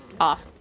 off